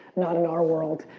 not in our world.